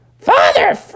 Father